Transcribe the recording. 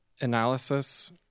analysis